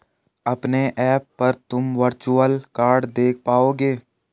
अपने ऐप पर तुम वर्चुअल कार्ड देख पाओगे